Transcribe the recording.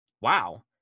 wow